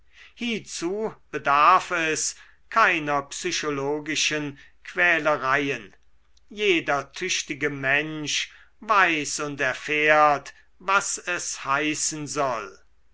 hiezu bedarf es keiner psychologischen quälereien jeder tüchtige mensch weiß und erfährt was es heißen soll